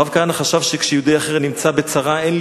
הרב כהנא חשב שכשיהודי אחר נמצא בצרה אין